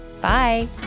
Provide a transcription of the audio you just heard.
Bye